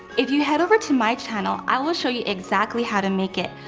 if you head over to my channel i will show you exactly how to make it.